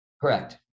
Correct